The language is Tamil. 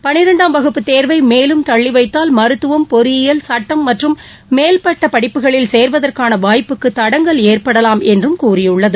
பளிரெண்டாம் வகுப்பு தேர்வை மேலும் தள்ளிவைத்தால் மருத்துவம் பொறியியல் சுட்டம் மற்றும் மேல்பட்டப் படிப்புகளில் சேர்வதற்கான வாய்ப்புக்கு தடங்கல் ஏற்படலாம் என்றும் கூறியுள்ளது